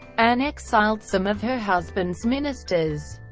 anne exiled some of her husband's ministers,